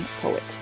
poet